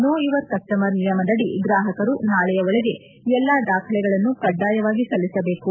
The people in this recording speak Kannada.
ನೋ ಯುವರ್ ಕಸ್ವಮರ್ ನಿಯಮದದಿ ಗ್ರಾಹಕರು ನಾಳೆಯ ಒಳಗೆ ಎಲ್ಲ ದಾಖಲೆಗಳನ್ನು ಕಡ್ಡಾಯವಾಗಿ ಸಲ್ಲಿಸಬೇಕು